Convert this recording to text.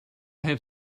have